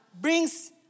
brings